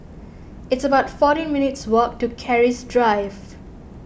it's about fourteen minutes' walk to Keris Drive